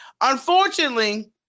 Unfortunately